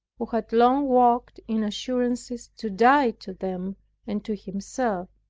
who had long walked in assurances, to die to them and to himself.